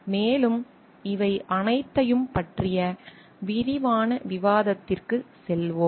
மேலும் இவை அனைத்தையும் பற்றிய விரிவான விவாதத்திற்கு செல்வோம்